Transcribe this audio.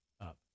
up